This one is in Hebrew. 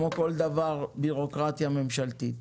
כמו כל בירוקרטיה ממשלתית,